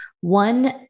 one